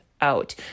Out